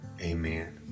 amen